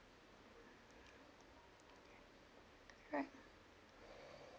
right